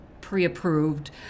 pre-approved